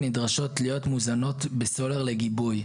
נדרשות להיות מוזנות בסולר לגיבוי,